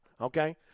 okay